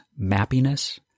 Mappiness